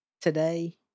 today